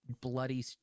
bloody